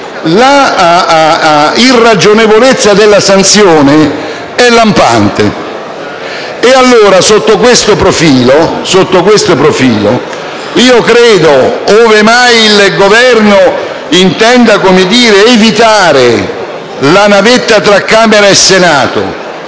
irragionevolezza della sanzione è lampante. Sotto questo profilo credo quindi, ove mai il Governo intenda evitare la navetta tra Camera e Senato,